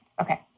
Okay